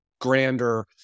grander